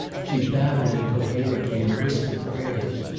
she babbled incoherently and whispered prayers.